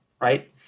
right